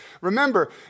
Remember